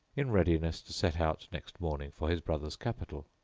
in readiness to set out next morning for his brother's capital.